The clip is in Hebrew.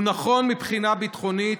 הוא נכון מבחינה ביטחונית,